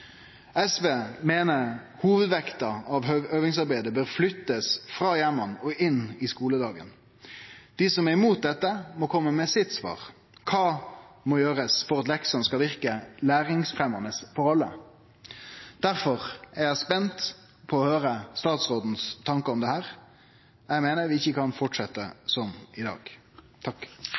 SV meiner hovudvekta av øvingsarbeidet bør flyttast frå heimane og inn i skuledagen. Dei som er imot dette, må kome med sitt svar. Kva må gjerast for at leksene skal verke læringsfremjande for alle? Difor er eg spent på å høyre om statsrådens tankar om dette. Eg meiner vi ikkje kan fortsetje som i dag.